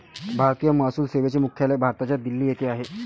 भारतीय महसूल सेवेचे मुख्यालय भारताच्या दिल्ली येथे आहे